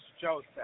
Joseph